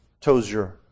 Tozier